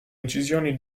incisioni